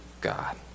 God